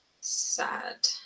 sad